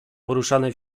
poruszane